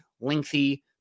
lengthy